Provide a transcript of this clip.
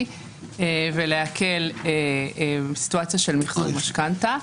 ולהקל בסיטואציה של מחזור משכנתה.